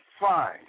fine